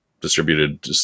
distributed